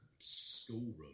schoolroom